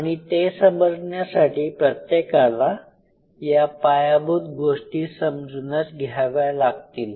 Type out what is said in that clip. आणि ते समजण्यासाठी प्रत्येकाला या पायाभूत गोष्टी समजूनच घ्यावा लागतील